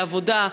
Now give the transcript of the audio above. בעבודה,